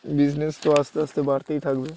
business তো আস্তে আস্তে বাড়তেই থাকবে